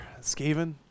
Skaven